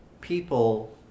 people